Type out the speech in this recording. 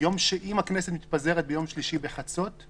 אם הכנסת מתפזרת ביום שלישי בחצות,